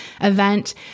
event